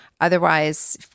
otherwise